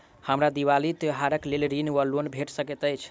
हमरा दिपावली त्योहारक लेल ऋण वा लोन भेट सकैत अछि?